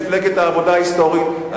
מפלגת העבודה ההיסטורית,